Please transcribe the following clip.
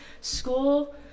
school